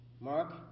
Mark